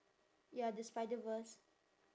ya the spider-verse